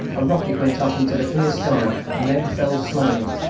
a rocket went up into the clear sky and then fell slowly,